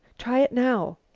try it now.